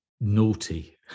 naughty